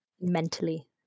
mentally